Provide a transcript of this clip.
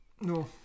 No